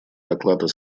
доклада